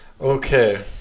Okay